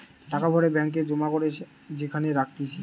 টাকা ভরে ব্যাঙ্ক এ জমা করে যেখানে রাখতিছে